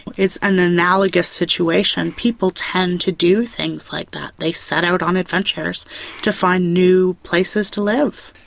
it's an analogous situation. people tend to do things like that, they set out on adventures to find new places to live.